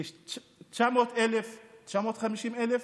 כ-950,000.